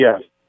yes